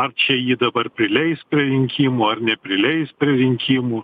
ar čia jį dabar prileis prie rinkimų ar neprileis prie rinkimų